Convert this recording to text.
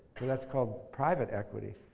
that's called private equity.